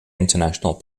international